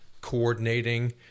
coordinating